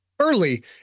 Early